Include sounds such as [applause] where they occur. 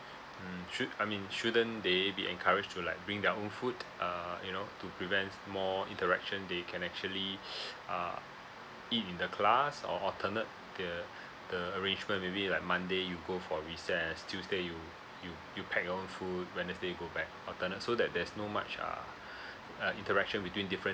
mm should I mean shouldn't they be encouraged to like bring their own food err you know to prevent more interaction they can actually [breath] uh eat in the class or alternate the the arrangement maybe like monday you go for recess tuesday you you you pack your own food wednesday go back alternate so that there's no much uh uh interaction between different